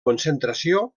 concentració